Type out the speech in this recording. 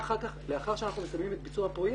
לאחר שאנחנו מסיימים את ביצוע הפרויקט,